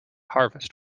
harvest